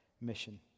mission